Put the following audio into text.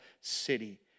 city